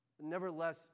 Nevertheless